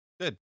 Good